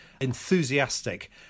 enthusiastic